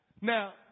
Now